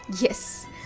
Yes